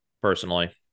personally